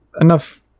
enough